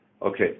Okay